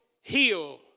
heal